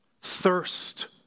thirst